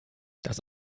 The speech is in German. das